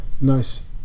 nice